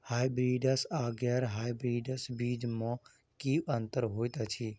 Hybrids आ गैर hybrids बीज म की अंतर होइ अछि?